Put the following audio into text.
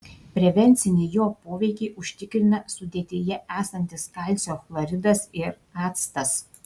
prevencinį jo poveikį užtikrina sudėtyje esantis kalcio chloridas ir actas